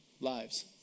lives